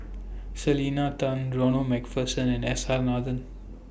Selena Tan Ronald MacPherson and S R Nathan